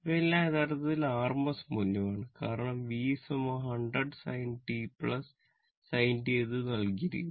ഇവയെല്ലാം യഥാർത്ഥത്തിൽ rms മൂല്യമാണ് കാരണം V 100 sin 40 t ഇത് നൽകിയിരിക്കുന്നു